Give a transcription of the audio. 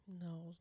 No